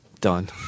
Done